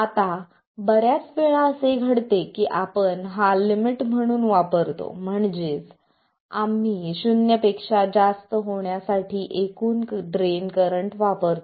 आता बर्याच वेळा असे घडते की आपण हा लिमिट म्हणून वापरतो म्हणजेच आम्ही शून्य पेक्षा जास्त होण्यासाठी एकूण ड्रेन करंट वापरतो